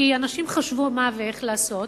כי אנשים חשבו מה ואיך לעשות,